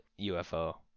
ufo